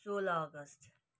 सोह्र अगस्त